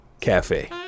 Cafe